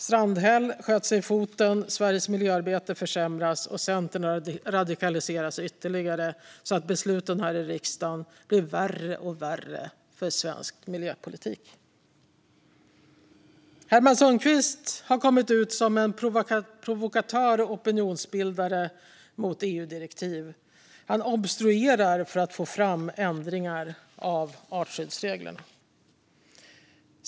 Strandhäll sköt sig själv i foten, Sveriges miljöarbete försämras och Centern radikaliseras ytterligare så att besluten här i riksdagen blir värre och värre för svensk miljöpolitik. Herman Sundqvist har kommit ut som en provokatör och opinionsbildare mot EU-direktiv. Han obstruerar för att få fram ändringar av artskyddsreglerna.